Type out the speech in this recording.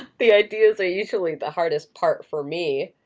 the ideas are usually the hardest part for me.